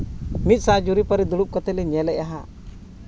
ᱢᱤᱫ ᱥᱟᱶ ᱡᱩᱨᱤᱼᱯᱟᱹᱨᱤ ᱫᱩᱲᱩᱵ ᱠᱟᱛᱮᱫ ᱞᱤᱧ ᱧᱮᱞᱫᱟ ᱦᱟᱸᱜ